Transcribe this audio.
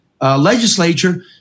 legislature